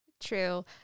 True